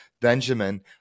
Benjamin